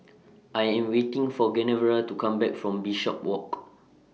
I Am waiting For Genevra to Come Back from Bishopswalk